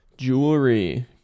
Jewelry